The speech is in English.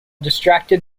distracted